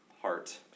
heart